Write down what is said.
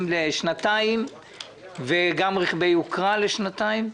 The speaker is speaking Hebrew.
לשנתיים וגם את רכבי יוקרה לשנתיים?